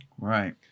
Right